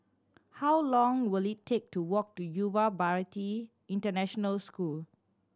how long will it take to walk to Yuva Bharati International School